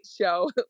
Show